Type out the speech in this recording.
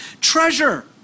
treasure